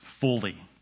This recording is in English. fully